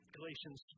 Galatians